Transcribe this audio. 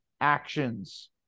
actions